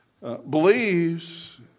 Believes